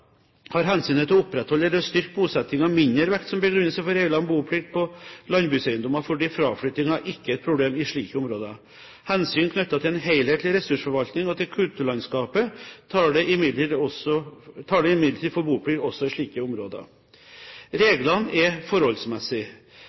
har hensynet til å opprettholde eller styrke bosettingen mindre vekt som begrunnelse for regler om boplikt på landbrukseiendommer fordi fraflyttingen ikke er et problem i slike områder. Hensyn knyttet til en helhetlig ressursforvaltning og til kulturlandskapet taler imidlertid for boplikt også i slike områder. Reglene er